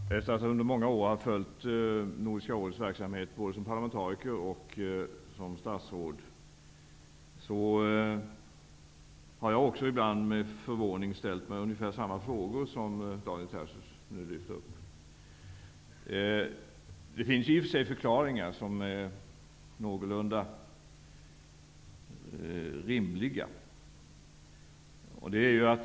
Herr talman! Efter att under många år ha följt Nordiska rådets verksamhet, både som parlamentariker och som statsråd, har jag också ibland med förvåning ställt mig ungefär samma frågor som Daniel Tarschys nu lyft upp. Det finns i och för sig förklaringar som är någorlunda rimliga.